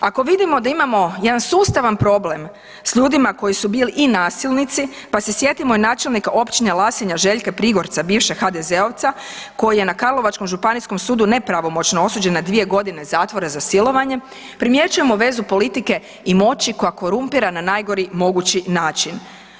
Ako vidimo da imamo jedan sustav problem s ljudima koji su bili i nasilnici, pa se sjetimo i nasilnika općine Lasinja Željke Prigorca, bivšeg HDZ-ovca koji na karlovačkom Županijskom sudu nepravomoćno osuđen na 2 godine zatvora za silovanje, primjećujemo vezu politike i moći koja korumpira na najgori mogući način.